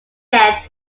depth